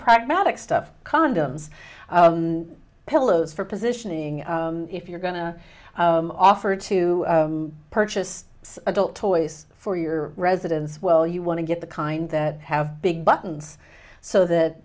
pragmatic stuff condoms pillows for positioning if you're going to offer to purchase adult toys for your residence well you want to get the kind that have big buttons so that